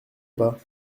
pas